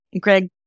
Greg